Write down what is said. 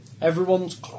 Everyone's